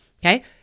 Okay